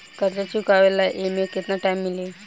कर्जा चुकावे ला एमे केतना टाइम मिली?